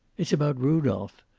it's about rudolph.